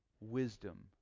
wisdom